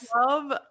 love